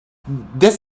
this